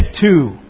two